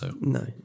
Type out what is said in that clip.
No